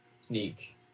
sneak